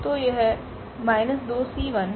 तो यह ⟹ 2𝐶1C2 0 है